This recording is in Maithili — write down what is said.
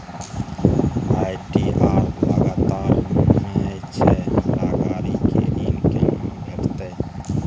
आई.टी.आर लगातार नय छै हमरा गाड़ी के ऋण केना भेटतै?